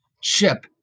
ship